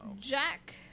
Jack